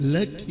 Let